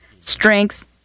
strength